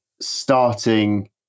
starting